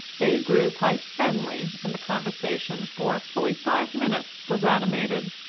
they grew quite friendly, and the conversation for fully five minutes was animated.